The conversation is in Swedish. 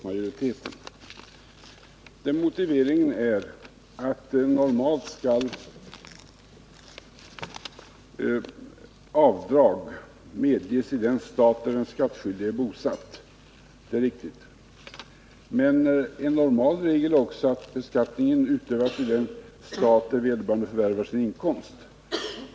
Motiveringen är att avdrag normalt skall medges i den stat där den skattskyldige är bosatt. Det är riktigt. Men en normal regel är också att beskattning utövas i den stat där vederbörande förvärvar sin inkomst.